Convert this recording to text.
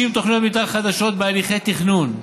60 תוכניות מתאר חדשות בהליכי תכנון.